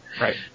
Right